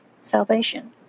salvation